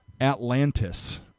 Atlantis